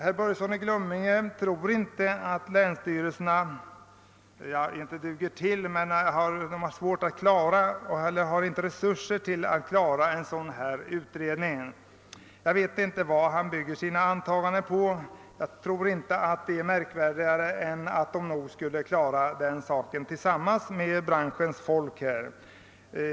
Herr Börjesson i Glömminge tror att länsstyrelserna inte har resurser att klara en sådan utredning. Jag vet inte vad han bygger sina antaganden på. Jag tror inte att uppgiften är svårare än att den kan klaras i samarbete med branschens folk.